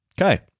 Okay